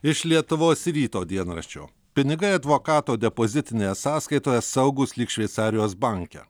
iš lietuvos ryto dienraščio pinigai advokato depozitinėje sąskaitoje saugūs lyg šveicarijos banke